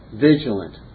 vigilant